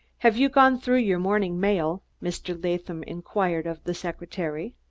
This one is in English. have you gone through your morning mail? mr. latham inquired of the secretary.